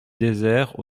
désert